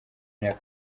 myaka